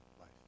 life